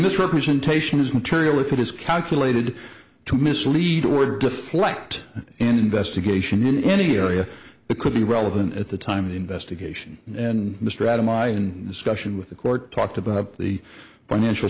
this representation is material with which is calculated to mislead or deflect investigation in any area that could be relevant at the time of the investigation and mr adam i and discussion with the court talked about the financial